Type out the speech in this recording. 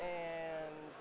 and